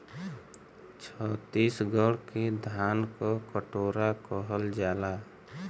छतीसगढ़ के धान क कटोरा कहल जाला